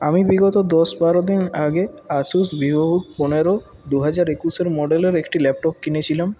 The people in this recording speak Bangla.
আমি বিগত দশ বারো দিন আগে আশুস ভিভো পনেরো দুহাজার একুশের মডেলের একটি ল্যাপটপ কিনেছিলাম